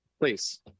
please